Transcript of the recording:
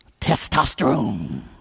Testosterone